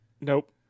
Nope